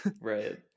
Right